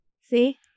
See